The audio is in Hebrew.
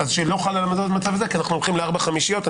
שלא חל המצב הזה כי הולכים על ארבע חמישיות.